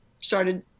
started